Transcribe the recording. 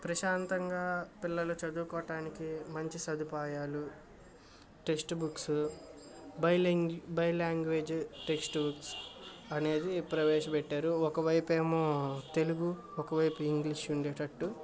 ప్రశాంతంగా పిల్లలు చదువుకోటానికి మంచి సదుపాయాలు text books bilingual bi language text books అనేది ప్రవేశపెట్టారు ఒక వైపు ఏమో తెలుగు ఒకవైపు ఇంగ్లీష్ ఉండేటట్టు